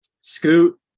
Scoot